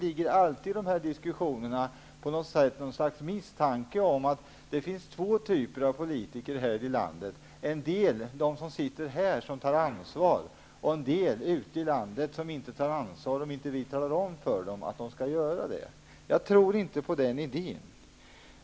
I dessa diskussioner antyds alltid misstanken att det skulle finnas två typer av politiker här i landet: en del -- de som sitter här i riksdagen -- som tar ansvar, och en del -- de som finns ute i landet -- som inte tar ansvar om vi inte säger åt dem. Jag tror inte på det.